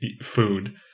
food